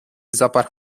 zapach